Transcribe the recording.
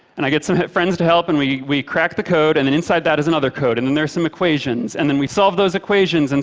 and i get some friends to help, and we we crack the code, and then inside that is another code, and then there are some equations, and then we solve those equations,